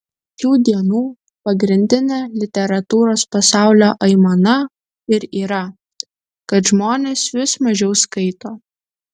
šių dienų pagrindinė literatūros pasaulio aimana ir yra kad žmonės vis mažiau skaito